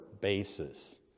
basis